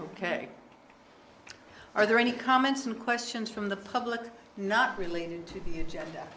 ok are there any comments and questions from the public not related to the agenda